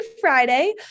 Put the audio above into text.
Friday